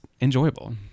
enjoyable